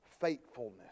faithfulness